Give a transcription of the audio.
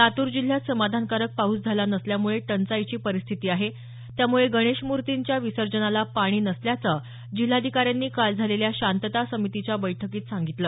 लातूर जिल्ह्यात समाधानकारक पाऊस झाला नसल्यामुळे टंचाईची परिस्थिती आहे त्यामुळे गणेश मूर्तीच्या विसर्जनाला पाणी नसल्याचं जिल्हाधिकाऱ्यांनी काल झालेल्या शांतता समितीच्या बैठकीत सांगितलं